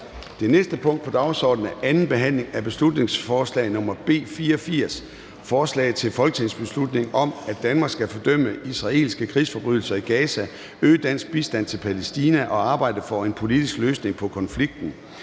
Betænkning 13.12.2023). 22) 2. (sidste) behandling af beslutningsforslag nr. B 84: Forslag til folketingsbeslutning om, at Danmark skal fordømme israelske krigsforbrydelser i Gaza, øge dansk bistand til Palæstina og arbejde for en politisk løsning på konflikten